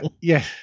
Yes